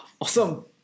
awesome